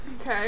Okay